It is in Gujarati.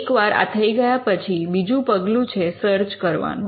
એક વાર આ થઈ ગયા પછી બીજું પગલું છે સર્ચ કરવાનું